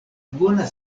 bona